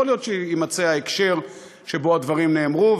יכול להיות שיימצא ההקשר שבו הדברים נאמרו,